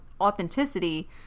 authenticity